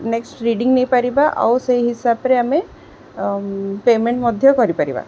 next reading ନେଇପାରିବା ଆଉ ସେଇ ହିସାବରେ ଆମେ ପେମେଣ୍ଟ ମଧ୍ୟ କରିପାରିବା